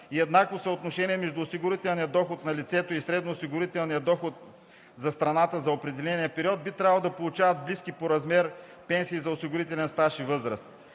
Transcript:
и еднакво съотношение между осигурителния доход на лицето и средно-осигурителния доход за страната за определения период – би трябвало да получат близки по размер пенсии за осигурителен стаж и възраст.